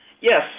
Yes